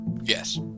Yes